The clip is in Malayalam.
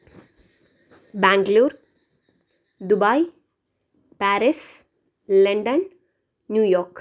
Bangalore Dubai Paris London New York